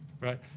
right